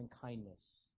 kindness